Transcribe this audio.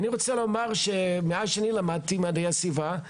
ואני רוצה לומר שמאז שאני למדתי מדעי הסביבה,